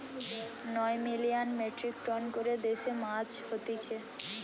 নয় million metric ton করে দেশে মাছ হতিছে